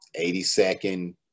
82nd